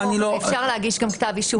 אבל מכוח החוק אפשר להגיש גם כתב אישום.